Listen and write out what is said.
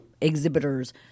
exhibitors